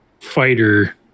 fighter